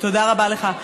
תודה רבה לך.